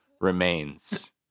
remains